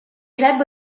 club